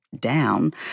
down